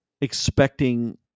expecting